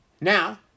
Now